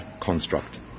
construct